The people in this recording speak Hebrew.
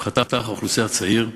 חתך אוכלוסייה צעיר,